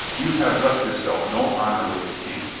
you have left yourself no honor with the king.